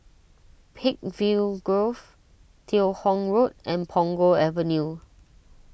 Peakville Grove Teo Hong Road and Punggol Avenue